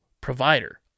provider